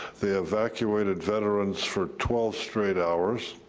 they evacuated veterans for twelve straight hours.